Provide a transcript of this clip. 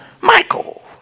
Michael